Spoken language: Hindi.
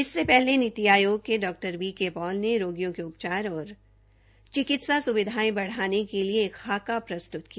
इससे पहले नीति आयोग के डॉ वी के पॉल ने रोगियों के उपचार और चिकित्सा स्विधायें बढ़ाने के लिए एक खाक प्रस्तू किया